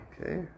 Okay